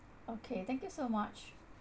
okay thank you so much